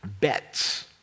bets